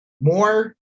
More